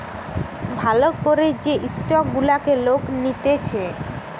ভাল করে যে স্টক গুলাকে লোক নিতেছে